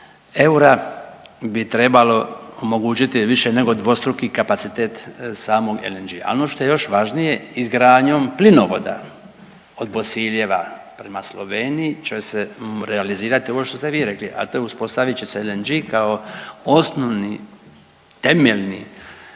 eura bi trebalo omogućiti više nego dvostruki kapacitet samog LNG-a, ali ono što je još važnije izgradnjom plinovoda od Bosiljeva prema Sloveniji će se realizirati ovo što ste vi rekli, a to je uspostavit će se LNG kao osnovni temeljni